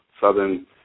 southern